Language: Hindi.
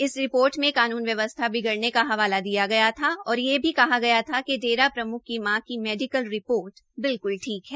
इस रिपोर्ट में कानून व्यवस्था बिगड़ने का हवाला दिया गया था और यह भी कहा गया कि डेरा प्रम्ख की मां की मेडिकल रिपोर्ट बिल्कुल ठीक है